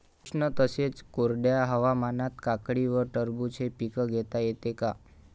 उष्ण तसेच कोरड्या हवामानात काकडी व टरबूज हे पीक घेता येते का?